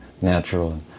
natural